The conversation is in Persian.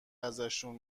ازشون